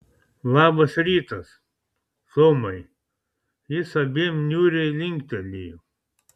labas rytas tomai jis abiem niūriai linktelėjo